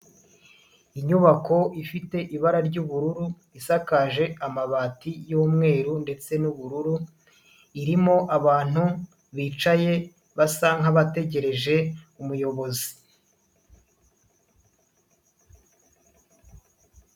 Inyubako ifite ibara ry'ubururu, isakaje amabati y'umweru ndetse n'ubururu, irimo abantu bicaye, basa nk'abategereje umuyobozi.